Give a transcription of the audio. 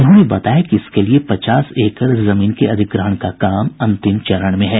उन्होंने बताया कि इसके लिए पचास एकड़ जमीन के अधिग्रहण का काम अंतिम चरण में है